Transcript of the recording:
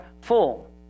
full